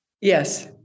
yes